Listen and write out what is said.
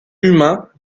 humain